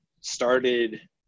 started